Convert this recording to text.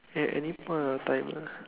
at any point of time ah